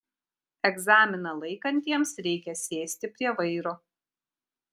egzaminą laikantiems reikia sėsti prie vairo